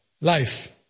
life